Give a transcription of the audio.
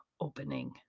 opening